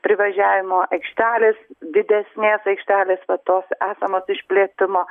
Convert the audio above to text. privažiavimo aikštelės didesnės aikštelės vat tos esamos išplėtimo